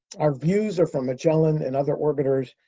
our views are from magellan and other orbiters,